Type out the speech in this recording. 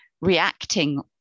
reacting